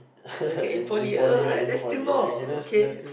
okay in poly alright that's two more okay